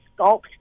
sculpt